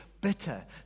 bitter